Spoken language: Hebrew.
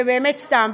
ובאמת סתם.